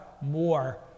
more